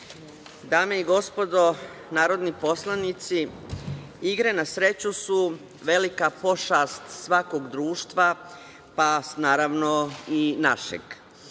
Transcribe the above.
Dame i gospodo narodni poslanici, igre na sreću su velika pošast svakog društva, pa naravno i našeg.